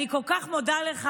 אני כל כך מודה לך.